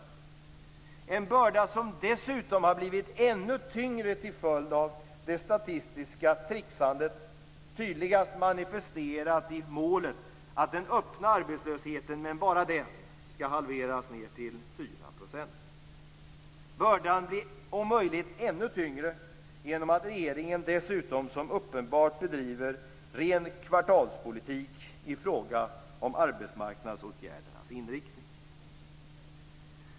Denna börda har dessutom blivit ännu tyngre till följd av det statistiska trixandet, tydligast manifesterat i målet att den öppna arbetslösheten, men bara den, skall halveras till 4 %. Bördan blir om möjligt ännu tyngre genom att regeringen dessutom så uppenbart bedriver ren kvartalspolitik i fråga om arbetsmarknadsåtgärdernas inriktning.